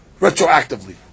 retroactively